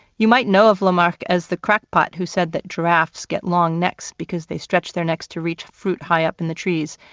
you might know of lamarck as the crackpot who said that giraffes get long necks because they stretch their necks to reach fruit high up in the trees,